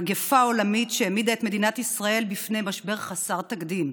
מגפה עולמית שהעמידה את מדינת ישראל בפני משבר חסר תקדים.